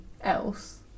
else